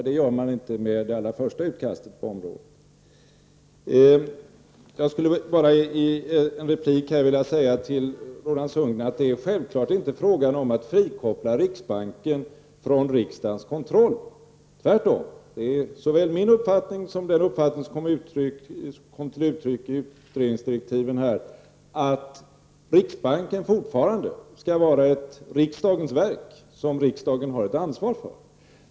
Det gör man inte med det allra första utkastet på området. Jag skulle bara vilja säga till Roland Sundgren att det självklart inte är fråga om att frikoppla riksbanken från riksdagens kontroll. Tvärtom. Det är såväl min uppfattning som den uppfattning som kom till uttryck i utredningsdirektiven, att riksbanken fortfarande skall vara ett riksdagens verk som riksdagen har ett ansvar för.